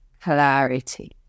clarity